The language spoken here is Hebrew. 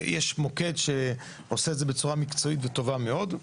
יש מוקד שעושה את זה בצורה מקצועית וטובה מאוד.